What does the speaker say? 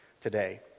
today